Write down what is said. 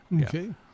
Okay